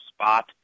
spot